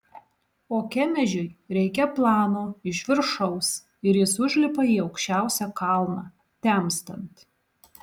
o kemežiui reikia plano iš viršaus ir jis užlipa į aukščiausią kalną temstant